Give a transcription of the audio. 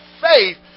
faith